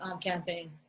campaign